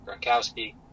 Gronkowski